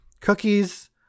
cookies